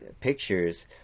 pictures